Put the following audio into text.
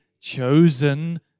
chosen